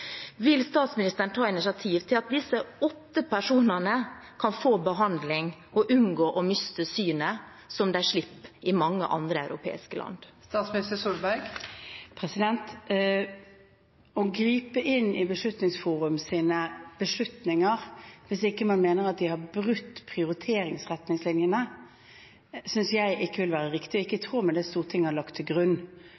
Vil statsministeren ta initiativ til at disse åtte personene kan få behandling og unngå å miste synet, som man slipper i mange andre europeiske land? Å gripe inn i Beslutningsforums beslutninger hvis man ikke mener at de har brutt prioriteringsretningslinjene, synes jeg ikke vil være riktig og ikke i